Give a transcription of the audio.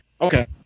Okay